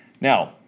Now